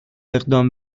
اقدام